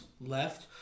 left